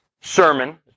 sermon